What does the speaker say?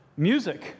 Music